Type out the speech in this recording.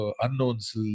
unknowns